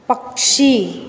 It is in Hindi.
पक्षी